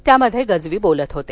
त्यामध्ये गजवी बोलत होते